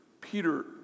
Peter